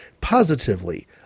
positively